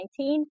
2019